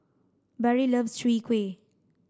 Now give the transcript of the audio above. Barry loves Chwee Kueh